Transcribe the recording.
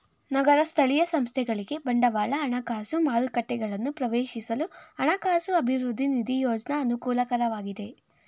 ನಗರ ಸ್ಥಳೀಯ ಸಂಸ್ಥೆಗಳಿಗೆ ಬಂಡವಾಳ ಹಣಕಾಸು ಮಾರುಕಟ್ಟೆಗಳನ್ನು ಪ್ರವೇಶಿಸಲು ಹಣಕಾಸು ಅಭಿವೃದ್ಧಿ ನಿಧಿ ಯೋಜ್ನ ಅನುಕೂಲಕರವಾಗಿದೆ